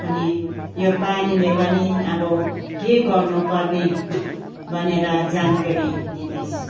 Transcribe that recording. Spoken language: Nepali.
अनि यो पानीले पनि अब के गर्नुपर्ने भनेर जानकारी दिँदैछु